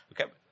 Okay